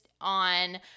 on